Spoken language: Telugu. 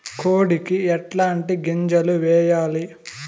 కోడికి ఎట్లాంటి గింజలు వేయాలి?